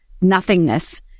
nothingness